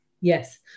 Yes